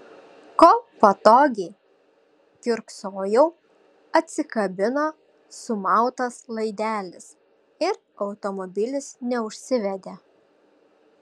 kol patogiai kiurksojau atsikabino sumautas laidelis ir automobilis neužsivedė